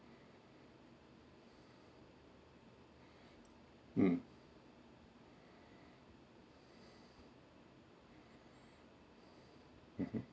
mm mmhmm